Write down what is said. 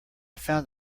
found